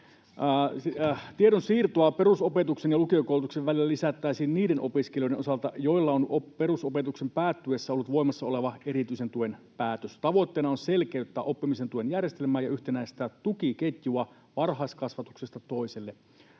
Tiedonsiirtoa perusopetuksen ja lukiokoulutuksen välillä lisättäisiin niiden opiskelijoiden osalta, joilla on perusopetuksen päättyessä ollut voimassa oleva erityisen tuen päätös. Tavoitteena on selkeyttää oppimisen tuen järjestelmää ja yhtenäistää tukiketjua varhaiskasvatuksesta toiselle